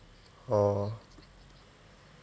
orh